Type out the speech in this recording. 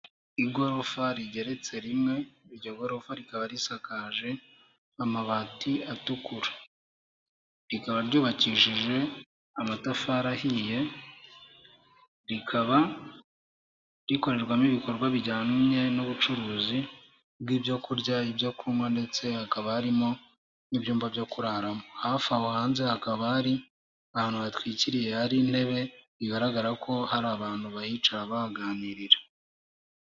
Igorofa rigeretse rimwe, iryo gorofa rikaba risakaje amabati atukura. Rikaba ryubakishije amatafari ahiye, rikaba rikorerwamo ibikorwa bijyanye n'ubucuruzi bw'ibyo kurya, ibyo kunywa ndetse hakaba harimo n'ibyumba byo kuraramo. Hafi aho hanze hakaba hari ahantu hatwikiriye hari intebe, bigaragara ko hari abantu bahicara bahaganirira.